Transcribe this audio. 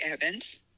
Evans